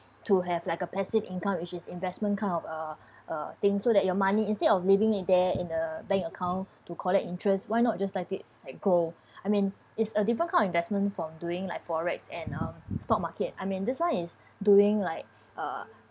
to have like a passive income which is investment kind of uh uh thing so that your money instead of leaving it there in uh bank account to collect interest why not just let it like grow I mean it's a different kind investment from doing like forex and um stock market I mean this one is doing like uh